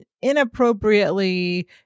inappropriately